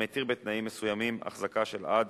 המתיר, בתנאים מסוימים, החזקה של עד